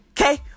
Okay